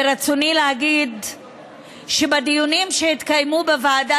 ברצוני להגיד שבדיונים שהתקיימו בוועדה